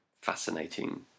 fascinating